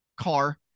car